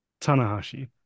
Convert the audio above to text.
Tanahashi